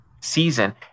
season